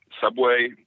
subway